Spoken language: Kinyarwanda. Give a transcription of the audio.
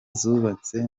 zubatse